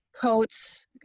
coats